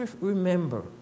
remember